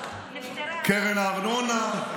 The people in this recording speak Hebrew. קרן הארנונה,